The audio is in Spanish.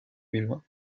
vilma